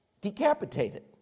decapitated